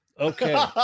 okay